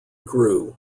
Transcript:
grew